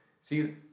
see